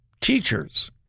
teachers